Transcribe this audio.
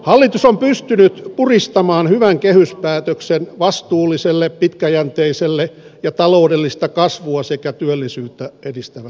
hallitus on pystynyt puristamaan hyvän kehyspäätöksen vastuulliselle pitkäjänteiselle ja taloudellista kasvua sekä työllisyyttä edistävälle politiikalle